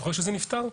אתה זוכר שזה נפתר?